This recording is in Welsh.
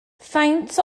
faint